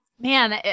Man